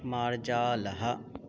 मार्जालः